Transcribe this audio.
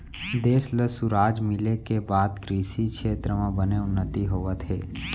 देस ल सुराज मिले के बाद कृसि छेत्र म बने उन्नति होवत हे